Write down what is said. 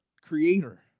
creator